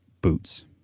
boots